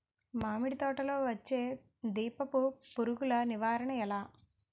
మామిడి తోటలో వచ్చే దీపపు పురుగుల నివారణ ఎలా?